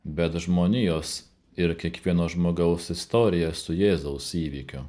bet žmonijos ir kiekvieno žmogaus istoriją su jėzaus įvykiu